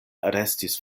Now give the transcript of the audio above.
restis